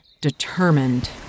determined